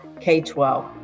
K-12